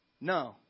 No